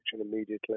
immediately